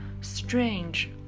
strange